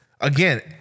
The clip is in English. again